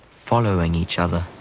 following each other,